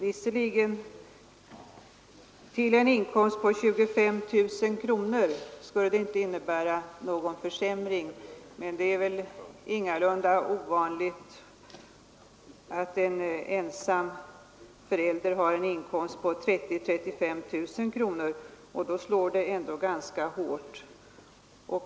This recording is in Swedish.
Visserligen skulle det inte innebära någon försämring vid inkomster upp till 25 000 kronor, men det är väl ingalunda ovanligt att en ensam förälder har en inkomst på 30 000—35 000 kronor, och då slår det ändå ganska hårt.